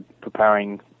preparing